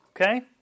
Okay